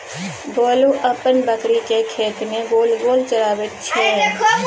गोलू अपन बकरीकेँ खेत मे गोल गोल चराबैत छै